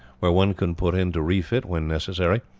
where one can put in to refit when necessary,